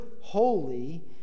holy